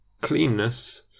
cleanness